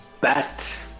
bat